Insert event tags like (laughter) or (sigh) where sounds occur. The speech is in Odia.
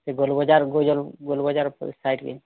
ସେ ଗୋଲବଜାର (unintelligible) ଗୋଲବଜାର ଉପରେ ସାଇଡ଼ କି